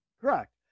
Correct